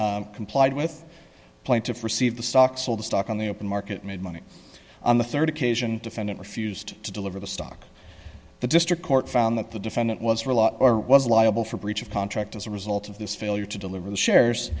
were complied with plaintiff received the stock sold stock on the open market made money on the rd occasion defendant refused to deliver the stock the district court found that the defendant was for a lot or was liable for breach of contract as a result of this failure to deliver the shares